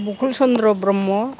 Bukul Chandra Brahma